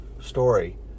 story